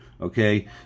Okay